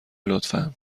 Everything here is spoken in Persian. لطفا